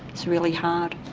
it's really hard.